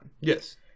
Yes